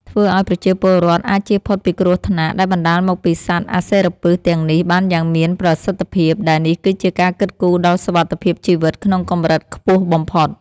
ធ្វើឱ្យប្រជាពលរដ្ឋអាចជៀសផុតពីគ្រោះថ្នាក់ដែលបណ្ដាលមកពីសត្វអសិរពិសទាំងនេះបានយ៉ាងមានប្រសិទ្ធភាព ដែលនេះគឺជាការគិតគូរដល់សុវត្ថិភាពជីវិតក្នុងកម្រិតខ្ពស់បំផុត។